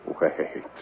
Wait